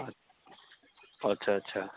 अच्छा अच्छा